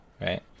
right